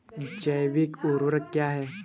जैव ऊर्वक क्या है?